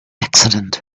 accident